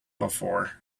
before